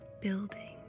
Building